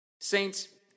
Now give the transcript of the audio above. Saints